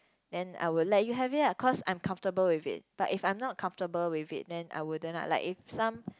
then I will let you have it lah cause I am comfortable with it but if I am not comfortable with it then I wouldn't lah like if some